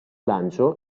lancio